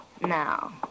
Now